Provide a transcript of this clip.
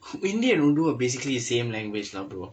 hindi and urdu are basically the same language lah bro